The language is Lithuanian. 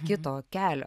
kito kelio